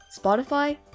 Spotify